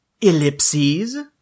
Ellipses